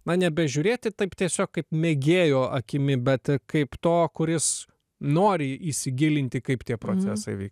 na nebežiūrėti taip tiesiog kaip mėgėjo akimi bet kaip to kuris nori įsigilinti kaip tie procesai vyks